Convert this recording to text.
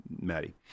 Maddie